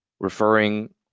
Referring